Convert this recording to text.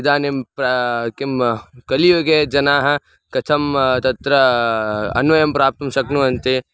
इदानीं प्राप्तुं किं कलियुगे जनाः कथं तत्र अन्वयं प्राप्तुं शक्नुवन्ति